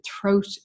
throat